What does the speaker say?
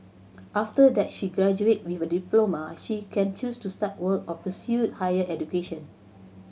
after that she graduates with a diploma she can choose to start work or pursue higher education